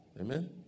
Amen